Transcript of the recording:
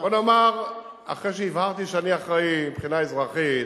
בוא נאמר, אחרי שהבהרתי שאני אחראי מבחינת אזרחית,